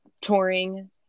touring